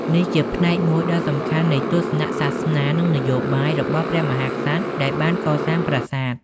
នេះជាផ្នែកមួយដ៏សំខាន់នៃទស្សនៈសាសនា និងនយោបាយរបស់ព្រះមហាក្សត្រដែលបានកសាងប្រាសាទ។